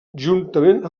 juntament